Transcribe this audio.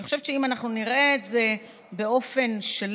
אני חושבת שאם אנחנו נראה את זה באופן שלם,